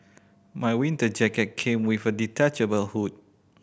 my winter jacket came with a detachable hood